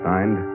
Signed